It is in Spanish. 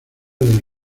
del